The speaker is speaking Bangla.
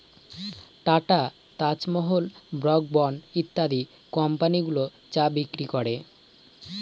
tata, Taj Mahal, Brooke Bond ইত্যাদি কোম্পানি গুলো চা বিক্রি করে